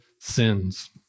sins